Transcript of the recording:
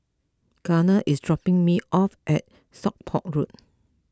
Gardner is dropping me off at Stockport Road